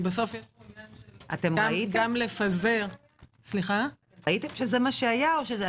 כי יש פה עניין של לפזר- -- ראיתם שזה מה שהיה?